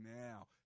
now